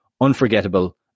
Unforgettable